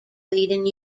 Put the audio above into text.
leading